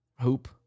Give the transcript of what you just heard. Hoop